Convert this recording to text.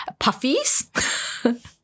puffies